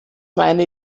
meine